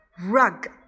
Rug